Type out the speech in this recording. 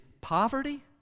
poverty